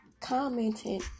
commented